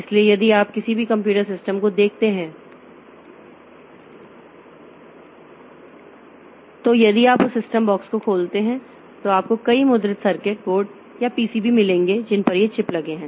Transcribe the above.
इसलिए यदि आप किसी भी कंप्यूटर सिस्टम को देखते हैं तो यदि आप उस सिस्टम बॉक्स को खोलते हैं तो आपको कई मुद्रित सर्किट बोर्ड या पीसीबी मिलेंगे जिन पर ये चिप लगे हैं